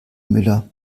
müller